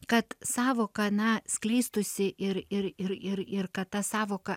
kad sąvoka na skleistųsi ir ir ir ir ir kad ta sąvoka